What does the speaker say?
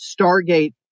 Stargate